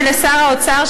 לשר האוצר,